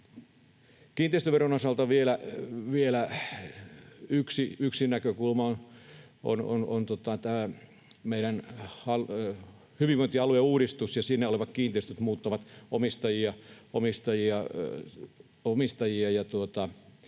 Kiinteistöveron osalta vielä yksi näkökulma. Tämä meidän hyvinvointialueuudistus muuttaa siinä olevien kiinteistöjen omistajia.